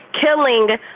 killing